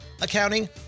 accounting